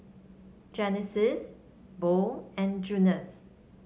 Genesis Bo and Junius